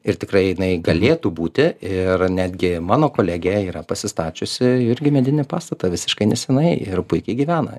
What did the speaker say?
ir tikrai jinai galėtų būti ir netgi mano kolegė yra pasistačiusi irgi medinį pastatą visiškai neseniai ir puikiai gyvena